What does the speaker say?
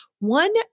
One